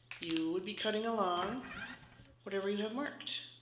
you would be cutting along whatever you have marked